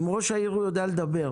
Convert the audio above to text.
עם ראש העיר הוא יודע לדבר,